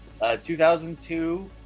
2002